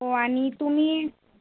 हो आणि तुम्ही